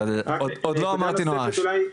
אבל אני לא אמרתי נואש עדיין.